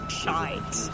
Shite